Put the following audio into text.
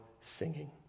singing